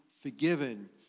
forgiven